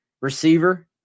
receiver